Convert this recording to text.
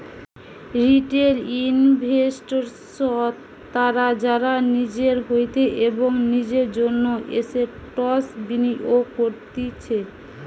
retail investors তারা যারা নিজের হইতে এবং নিজের জন্য এসেটস বিনিয়োগ করতিছে